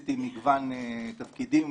עשיתי מגוון תפקידים.